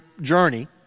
journey